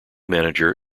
manager